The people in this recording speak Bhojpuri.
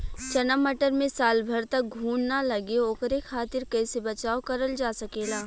चना मटर मे साल भर तक घून ना लगे ओकरे खातीर कइसे बचाव करल जा सकेला?